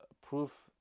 proof